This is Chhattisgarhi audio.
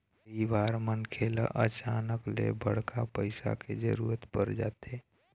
कइ बार मनखे ल अचानक ले बड़का पइसा के जरूरत पर जाथे